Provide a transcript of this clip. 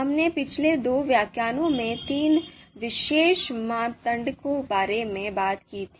हमने पिछले दो व्याख्यानों में तीन विशेष मापदंडों के बारे में बात की थी